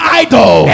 idol